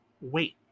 Wait